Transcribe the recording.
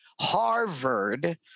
Harvard